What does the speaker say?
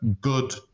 good